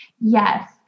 Yes